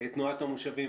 עמית יפרח מתנועת המושבים,